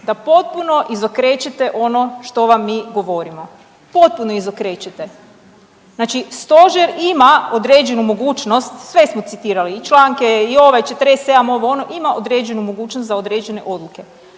da potpuno izokrećete ono što vam mi govorimo. Potpuno izokrećete. Znači Stožer ima određenu mogućnost, sve smo citirali i članke i ovaj 47., ovo ono, ima određenu mogućnost za određene odluke.